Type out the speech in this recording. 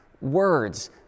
Words